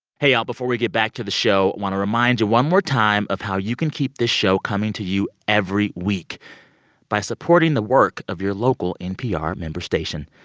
hey, y'all. before we get back to the show, i want to remind you one more time of how you can keep this show coming to you every week by supporting the work of your local npr member station.